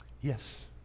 Yes